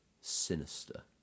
sinister